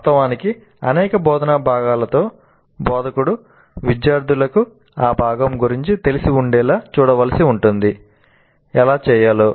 వాస్తవానికి అనేక బోధనా భాగాలతో బోధకుడు విద్యార్థులకు ఆ భాగం గురించి తెలిసి ఉండేలా చూడవలసి ఉంటుంది ఎలా చేయాలో